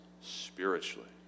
spiritually